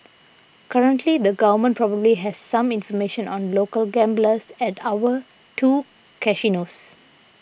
currently the government probably has some information on local gamblers at our two casinos